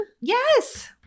yes